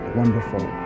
wonderful